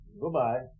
Goodbye